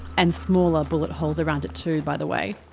and smaller bullet holes around it too by the way.